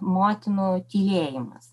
motinos tylėjimas